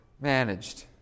managed